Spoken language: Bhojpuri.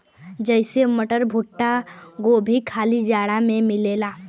जइसे मटर, भुट्टा, गोभी खाली जाड़ा मे मिलला